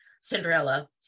Cinderella